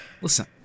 Listen